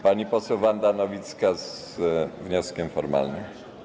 Pani poseł Wanda Nowicka z wnioskiem formalnym.